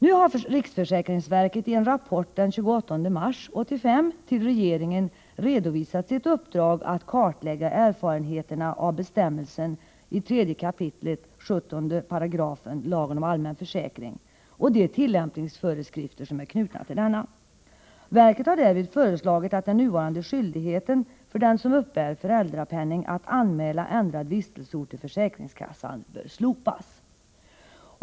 Nu har riksförsäkringsverket i en rapport den 28 mars 1985 till regeringen redovisat sitt uppdrag att kartlägga erfarenheterna av bestämmelsen i 3 kap. 17 § AFL och de tillämpningsföreskrifter som är knutna till denna. Verket har därvid föreslagit att den nuvarande skyldigheten för den som uppbär föräldrapenning att anmäla ändrad vistelseort till försäkringskassan slopas.